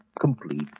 complete